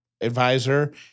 advisor